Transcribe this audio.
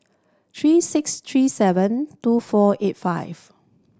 three six three seven two four eight five